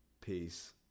Peace